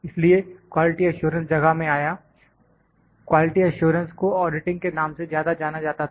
इसलिए quality assurance जगह में आया इसलिए क्वालिटी एश्योरेंस को ऑडिटिंग के नाम से ज्यादा जाना जाता था